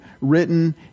written